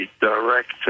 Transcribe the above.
director